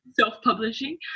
self-publishing